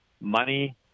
money